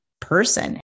person